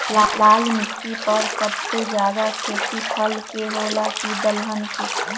लाल मिट्टी पर सबसे ज्यादा खेती फल के होला की दलहन के?